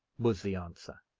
was the answer.